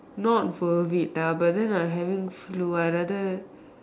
not worth it ah but then I having flu I rather